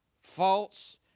false